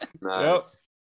Nice